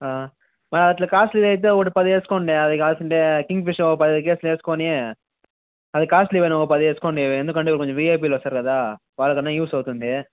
ఆ అలా కాస్ట్లివి అయితే ఒక పది వేసుకోండి అది కావలసి ఉంటే కింగ్ఫిషర్ ఒక పదిహేను కేసులు వేసుకుని అవి కాస్ట్లివెను ఒక పది వేసుకోండి ఎందుకంటే కొంచెం విఐపిలు వస్తారు కదా వాళ్ళకైనా యూస్ అవుతుంది